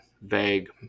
vague